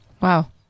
Wow